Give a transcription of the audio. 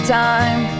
time